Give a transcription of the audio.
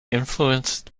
influenced